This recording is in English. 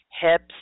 hips